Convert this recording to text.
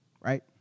right